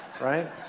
right